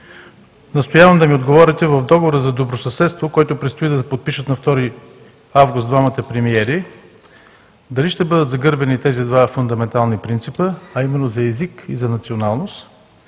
настоявам да ми отговорите: в Договора за добросъседство, който предстои да подпишат на 2 август двамата премиери, дали ще бъдат загърбени тези два фундаментални принципа – за език и за националност?